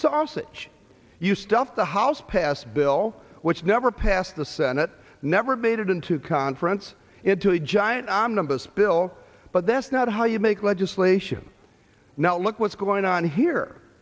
sausage you stuff the house passed bill which never passed the senate never made it into conference into a giant i'm the boss bill but that's not how you make legislation now look what's going on here